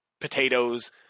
potatoes